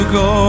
go